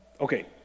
Okay